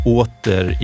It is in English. åter